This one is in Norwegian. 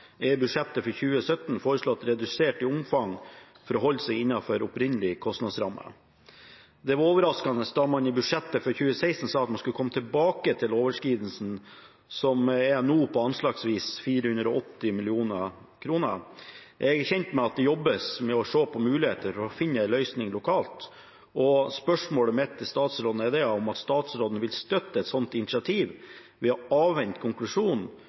er i budsjettet for 2017 foreslått redusert i omfang for å holde seg innafor opprinnelig kostnadsramme. Dette var overraskende da man i budsjettet for 2016 sa man skulle komme tilbake til overskridelsen som er på anslagsvis 480 mill. kr. Jeg er kjent med at det jobbes med å se på muligheter for å finne en løsning lokalt. Vil statsråden støtte et slikt initiativ ved å avvente konklusjon om